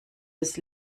des